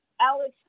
Alex